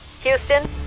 Houston